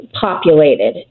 populated